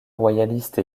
royaliste